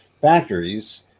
factories